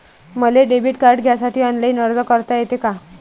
मले debit card घ्यासाठी online अर्ज करता येते का?